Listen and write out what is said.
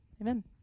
Amen